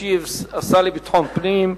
ישיב השר לביטחון פנים,